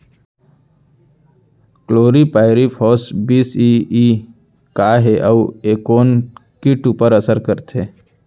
Chlorpyrifos बीस CE का हे अऊ ए कोन किट ऊपर असर करथे?